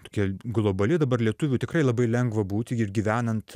tokia globali dabar lietuviu tikrai labai lengva būti ir gyvenant